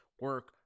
Work